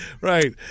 Right